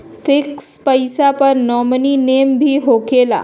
Fix पईसा पर nominee name भी होकेला?